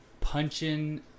punching